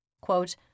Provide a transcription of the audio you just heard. Quote